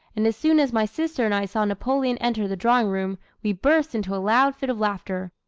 and as soon as my sister and i saw napoleon enter the drawing-room, we burst into a loud fit of laughter.